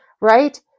right